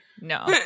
No